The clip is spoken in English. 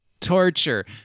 torture